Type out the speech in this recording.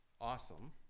awesome